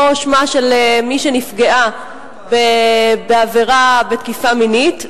או שמה של מי שנפגעו בעבירה של תקיפה מינית.